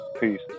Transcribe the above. Peace